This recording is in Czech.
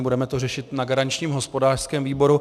Budeme to řešit na garančním hospodářském výboru.